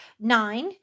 nine